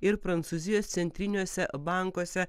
ir prancūzijos centriniuose bankuose